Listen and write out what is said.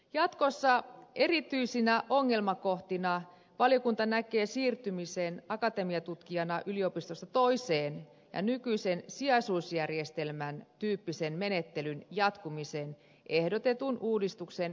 jatkossa erityisinä ongelmakohtina valiokunta näkee siirtymisen akatemiatutkijana yliopistosta toiseen ja nykyisen sijaisuusjärjestelmän tyyppisen menettelyn jatkumisen ehdotetun uudistuksen jälkeenkin